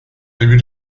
début